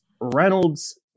Reynolds